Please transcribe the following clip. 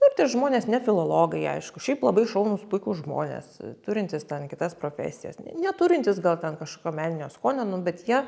nu apie žmones ne filologai aišku šiaip labai šaunūs puikūs žmonės turintys ten kitas profesijas n neturintys gal ten kažko meninio skonio nu bet jie